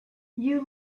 you